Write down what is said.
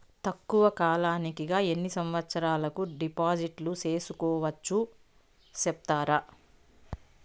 తక్కువ కాలానికి గా ఎన్ని సంవత్సరాల కు డిపాజిట్లు సేసుకోవచ్చు సెప్తారా